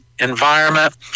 environment